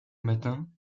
matin